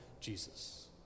Jesus